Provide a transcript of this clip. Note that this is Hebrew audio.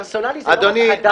פרסונלי זה לא רק אדם מסוים.